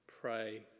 pray